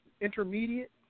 intermediate